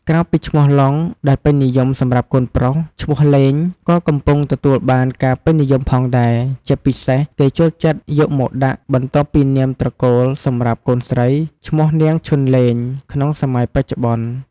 ក្រៅពីឈ្មោះ "ឡុង" ដែលពេញនិយមសម្រាប់កូនប្រុស ឈ្មោះ "ឡេង" ក៏កំពុងទទួលបានការពេញនិយមផងដែរ ជាពិសេសគេចូលចិត្តយកមកដាក់ បន្ទាប់ពីនាមត្រកូលសម្រាប់ កូនស្រី ឈ្មោះ នាង ឈុនឡេង ក្នុងសម័យបច្ចុប្បន្ន។